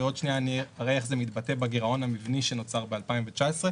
ועוד שנייה אני אראה איך זה מתבטא בגירעון המבני שנוצר ב-2019.